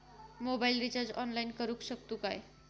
Mobile recharge online करुक शकतू काय?